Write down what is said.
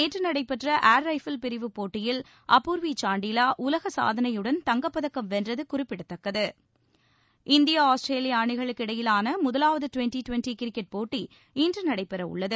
நேற்று நடைபெற்ற air rifle பிரிவு போட்டியில் அபூர்வி சாண்டிலா உலக சாதனையுடன் தங்கப்பதக்கம் வென்றது குறிப்பிடத்தக்கது இந்தியா ஆஸ்திரேலியா அணிகளுக்கு இடையேயான முதவாவது டுவெண்டி டுவெண்டி கிரிக்கெட் போட்டி இன்று நடைபெற உள்ளது